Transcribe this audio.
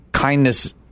Kindness